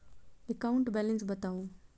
account balance बताउ